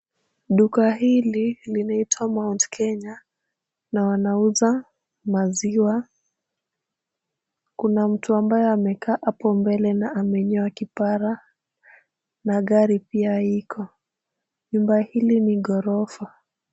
Duka hili linaitwa Mt Kenya na wanauza maziwa. Kuna mtu ambayo amekaa hapo mbele na amenyoa kipara na gari pia iko. Nyumba hili ni ghorofa.